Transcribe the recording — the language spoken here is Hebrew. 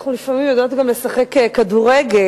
לפעמים אנחנו יודעות גם לשחק כדורגל,